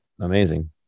amazing